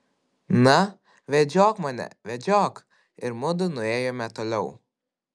na vedžiok mane vedžiok ir mudu nuėjome toliau